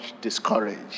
discouraged